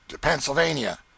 Pennsylvania